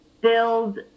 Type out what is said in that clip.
build